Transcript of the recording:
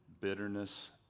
bitterness